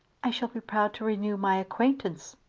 i shall be proud to renew my acquaintance.